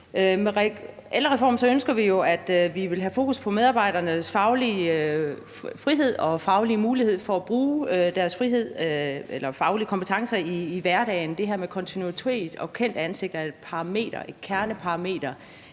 Med ældrereformen ønsker vi at få fokus på medarbejdernes faglige frihed og mulighed for at bruge deres faglige kompetencer i hverdagen. Det her med kontinuitet og kendte ansigter er et kerneparameter